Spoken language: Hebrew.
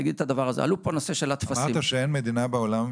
אמרת שאין מדינה בעולם,